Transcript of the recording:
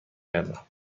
گردم